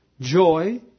joy